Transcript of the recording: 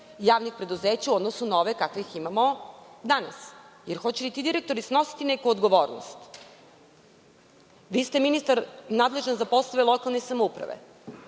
javnih preduzeća u odnosu na ove kakvih imamo danas. Hoće li ti direktori snositi neku odgovornost? Vi ste ministar nadležan za poslove lokalne samouprave.